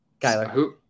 Kyler